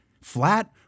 flat